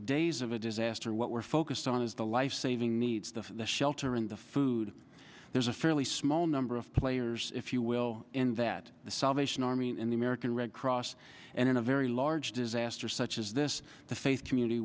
days of a disaster what we're focused on is the lifesaving needs the shelter and the food there's a fairly small number of players if you will in that the salvation army and the american red cross and in a very large disaster such as this the faith community